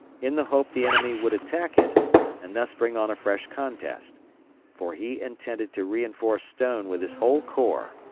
in the hope the enemy would attack it and thus bring on a fresh contest for he intended to reinforce stone with his whole corps.